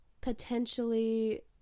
potentially